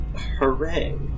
Hooray